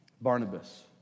Barnabas